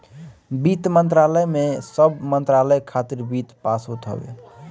वित्त मंत्रालय में सब मंत्रालय खातिर वित्त पास होत हवे